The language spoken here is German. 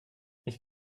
ich